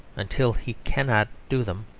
until he cannot do them.